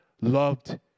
Loved